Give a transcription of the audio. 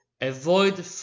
Avoid